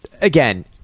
again